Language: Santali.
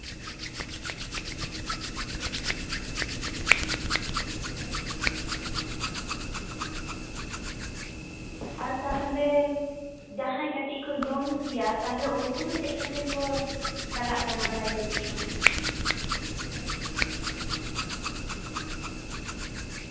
ᱟᱨ ᱛᱟᱦᱞᱮ ᱡᱟᱦᱟᱸᱭ ᱠᱟᱹᱴᱤᱡ ᱠᱚ ᱤᱭᱚᱝ ᱜᱮᱭᱟ ᱛᱟᱦᱞᱮ ᱩᱱᱠᱩ ᱫᱚ ᱛᱟᱦᱞᱮ ᱪᱮᱫ ᱠᱷᱟᱹᱛᱤᱨ ᱠᱚ ᱪᱟᱞᱟᱜ ᱠᱟᱱᱟ ᱵᱟᱭᱨᱮ ᱫᱤᱥᱚᱢ